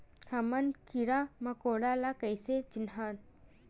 हमन कीरा मकोरा ला कइसे चिन्हन?